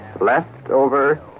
leftover